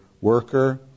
worker